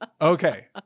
Okay